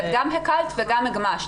אז גם הקלת וגם הגמשת.